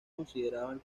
consideraban